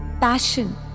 passion